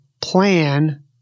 plan